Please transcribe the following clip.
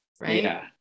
right